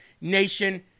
nation